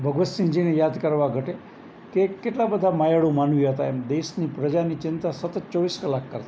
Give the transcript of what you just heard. ભગવતસિંહજીને યાદ કરવા ઘટે કે કેટલા બધા માયાળુ માનવી હતા એમ દેશની પ્રજાની ચિંતા સતત ચોવીસ કલાક કરતા